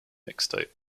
mixtape